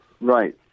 Right